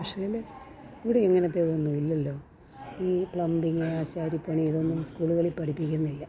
പക്ഷേൽ ഇവിടെ ഇങ്ങനത്തെ ഇതൊന്നും ഇല്ലല്ലോ ഈ പ്ലംബിങ് ആശാരി പണി ഇതൊന്നും സ്കൂളുകളിൽ പഠിപ്പിക്കുന്നില്ല